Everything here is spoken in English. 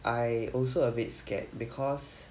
I also a bit scared because